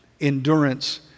endurance